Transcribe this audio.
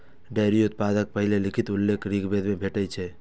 dairy उत्पादक पहिल लिखित उल्लेख ऋग्वेद मे भेटै छै